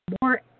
more